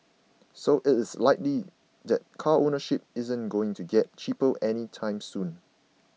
so it is likely that car ownership isn't going to get cheaper anytime soon